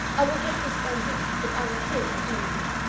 i will get this under if i am killed in doing it!